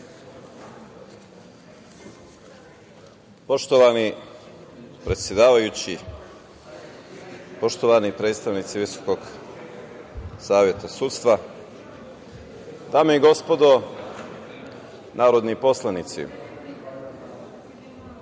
Poštovani predsedavajući, poštovani predstavnici Visokog saveta sudstva, dame i gospodo narodni poslanici,